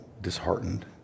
disheartened